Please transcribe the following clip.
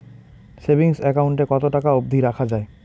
Savings account এ কতো টাকা অব্দি রাখা যায়?